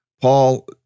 Paul